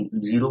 3 आणि 0